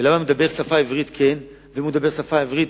ולמה מדבר עברית כן, ואם הוא מדבר עברית